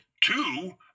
Two